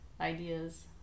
ideas